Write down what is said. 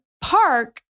park